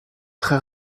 très